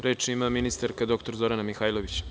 Reč ima ministarka dr Zorana Mihajlović.